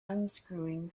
unscrewing